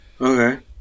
okay